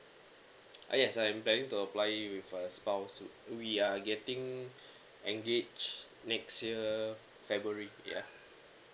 uh yes I'm planning to apply with uh spouse also we are getting engaged next year february ya